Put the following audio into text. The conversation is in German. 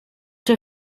der